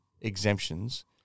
exemptions